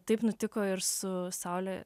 taip nutiko ir su saulė